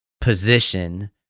position